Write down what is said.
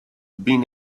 been